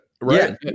right